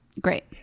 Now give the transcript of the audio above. Great